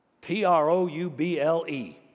T-R-O-U-B-L-E